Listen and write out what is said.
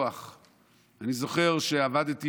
לקחו את זה בכוח.